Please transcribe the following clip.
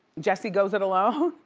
jussie goes it alone?